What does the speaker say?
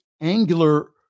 Angular